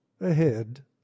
Ahead